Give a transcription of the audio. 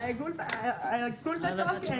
העיקול בתוקף.